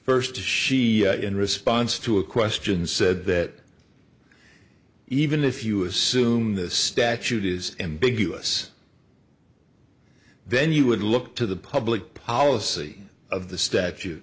first to she in response to a question said that even if you assume the statute is ambiguous then you would look to the public policy of the statu